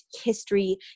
history